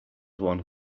one